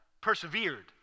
persevered